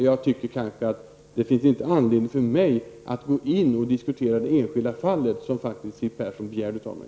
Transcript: Jag tycker inte det finns anledning för mig att gå in och diskutera det enskilda fallet, något som Siw Persson faktiskt begär av mig.